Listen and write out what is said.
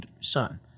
son